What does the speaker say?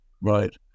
right